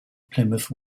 plymouth